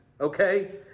okay